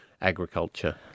agriculture